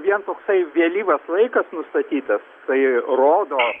vien toksai vėlyvas laikas nustatytas tai rodo